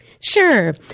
Sure